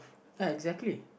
ya exactly